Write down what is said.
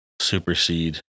supersede